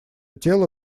тело